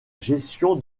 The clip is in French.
gestion